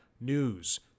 news